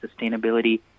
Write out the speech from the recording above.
sustainability